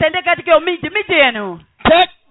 Take